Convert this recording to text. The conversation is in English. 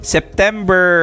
September